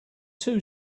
too